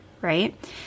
right